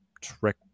trick